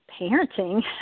parenting